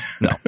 No